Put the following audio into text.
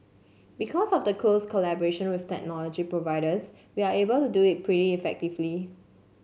because of the close collaboration with technology providers we are able to do it pretty effectively